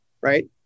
right